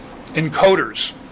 Encoders